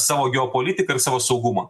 savo geopolitiką ir savo saugumą